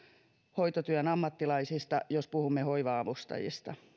hoitotyön ammattilaisista jos puhumme hoiva avustajista